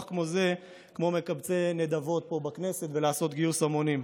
זה כמו מקבצי נדבות פה בכנסת ולעשות גיוס המונים.